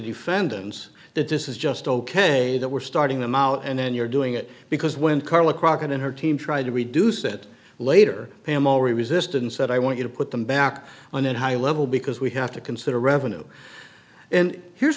defendants that this is just ok that we're starting them out and then you're doing it because when carla crockett and her team tried to reduce it later pam all resistance said i want you to put them back on that high level because we have to consider revenue and here's